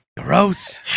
Gross